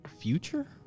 future